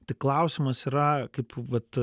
tik klausimas yra kaip vat